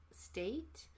state